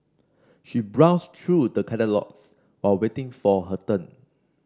she browsed through the catalogues while waiting for her turn